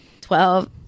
twelve